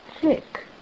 thick